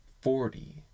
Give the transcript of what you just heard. forty